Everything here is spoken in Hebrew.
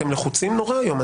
אתם לחוצים נורא היום.